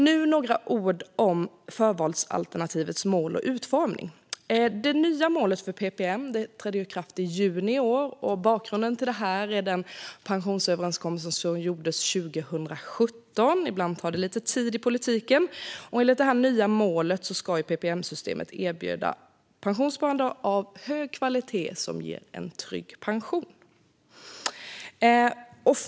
Nu några ord om förvalsalternativets mål och utformning. Det nya målet för ppm trädde i kraft i juni i år. Bakgrunden till det är den pensionsöverenskommelse som gjordes 2017. Ibland tar det lite tid i politiken. Enligt det nya målet ska premiepensionssystemet erbjuda ett pensionssparande av hög kvalitet som ger en trygg pension.